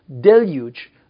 deluge